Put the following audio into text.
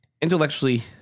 intellectually